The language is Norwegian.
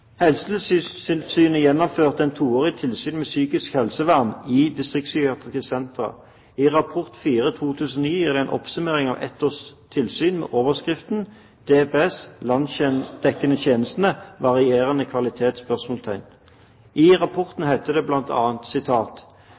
Helsetilsynet gjennomførte et toårig tilsyn med psykisk helsevern i Distriktspsykiatriske sentre. I rapport 4/2009 gir de en oppsummering etter ett års tilsyn, med overskriften «DPS, landsdekkende tjenester, varierende kvalitet?». I rapporten heter det